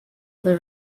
other